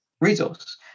resource